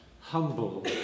humble